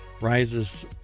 rises